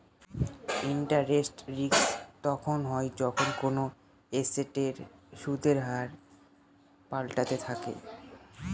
interest rate risk তখন হয় যখন কোনো এসেটের সুদের হার পাল্টাতে থাকে